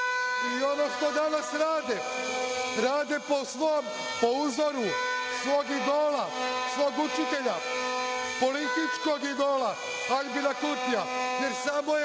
Ovo što danas rade, rade po uzoru na svog idola, svog učitelja, političkog idola, Aljbina Kurtija, jer samo je